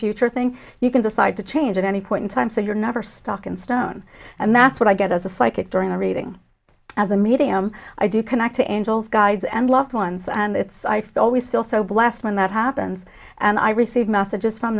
future thing you can decide to change at any point in time so you're never stuck in stone and that's what i get as a psychic during a reading as a medium i do connect to angela's guides and loved ones and it's i always feel so blessed when that happens and i receive messages from